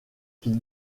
qu’il